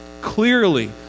clearly